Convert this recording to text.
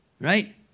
right